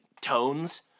tones